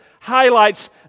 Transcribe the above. highlights